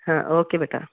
ਹਾਂ ਓਕੇ ਬੇਟਾ